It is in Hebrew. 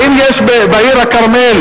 האם יש בעיר הכרמל,